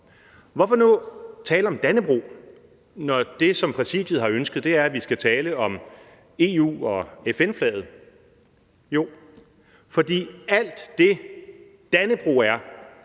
Hvorfor nu tale om Dannebrog, når det, som Præsidiet har ønsket, er, at vi skal tale om EU- og FN-flaget? Jo, fordi alt det, Dannebrog er,